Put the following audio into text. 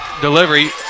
delivery